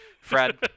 Fred